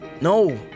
No